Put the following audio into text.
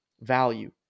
value